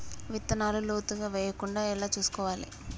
విత్తనాలు లోతుగా వెయ్యకుండా ఎలా చూసుకోవాలి?